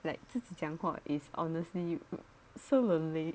like 自己讲话 is honestly so lonely